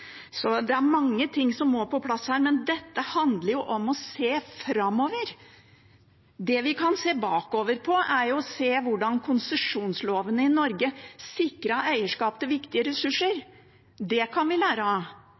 Det er mange ting som må på plass her, men dette handler jo om å se framover. Det vi kan se bakover på, er hvordan konsesjonslovene i Norge sikret eierskap til viktige ressurser. Det kan vi lære av.